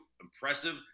impressive